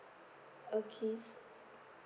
okay